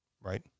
Right